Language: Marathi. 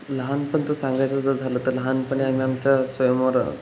लहानपणीचं सांगायचं जर झालं तर लहानपणी आम्ही आमच्या स्वयंवर